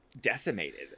decimated